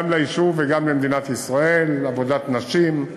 גם ליישוב וגם למדינת ישראל: עבודת נשים,